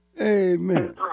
Amen